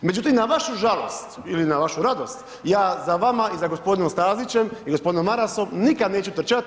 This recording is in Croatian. Međutim na vašu žalost ili na vašu radost ja za vama, i za gospodinom Stazićem i gospodinom Marasom nikada neću trčati.